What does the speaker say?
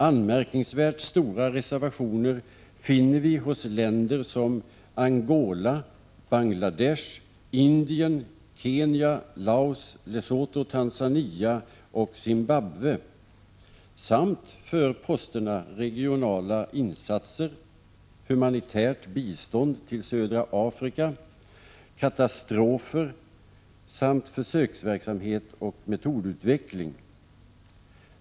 Anmärkningsvärt stora reservationer finner vi hos länder som Angola, Bangladesh, Indien, Kenya, Laos, Lesotho, Tanzania och Zimbabwe samt för posterna regionala insatser, humanitärt bistånd till södra Afrika, katastrofer samt försöksverksamhet och metodutveckling.